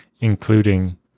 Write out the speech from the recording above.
including